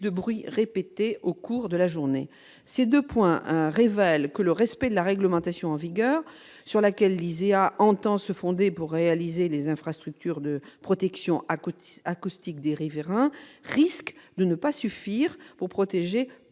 de bruit répétés au cours de la journée. Ces deux points révèlent que le respect de la réglementation en vigueur, sur laquelle LISEA entend se fonder pour réaliser les infrastructures de protection acoustique des riverains, risque de ne pas suffire pour protéger